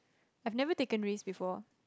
I had never taken risk before